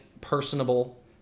personable